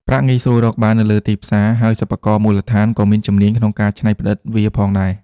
ប្រាក់ងាយស្រួលរកបាននៅលើទីផ្សារ ហើយសិប្បករមូលដ្ឋានក៏មានជំនាញក្នុងការច្នៃប្រឌិតវាផងដែរ។